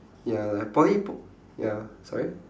ya like poly p~ ya sorry